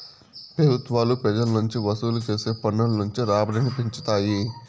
పెబుత్వాలు పెజల నుంచి వసూలు చేసే పన్నుల నుంచి రాబడిని పెంచుతాయి